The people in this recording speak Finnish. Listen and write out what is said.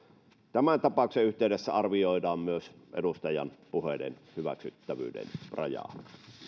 tämän tapauksen yhteydessä arvioidaan myös edustajan puheiden hyväksyttävyyden rajaa